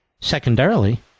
secondarily